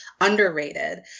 underrated